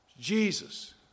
Jesus